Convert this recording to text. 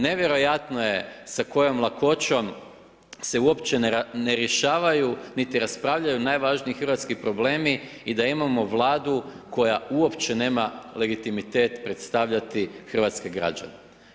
Nevjerojatno je sa kojom lakoćom se uopće ne rješavaju niti raspravljaju najvažniji hrvatski problemi i da imamo Vladu koja uopće nema legitimitet predstavljati hrvatske građane.